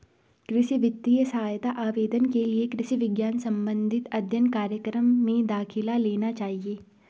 कृषि वित्तीय सहायता आवेदन के लिए कृषि विज्ञान संबंधित अध्ययन कार्यक्रम में दाखिला लेना चाहिए